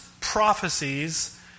prophecies